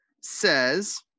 says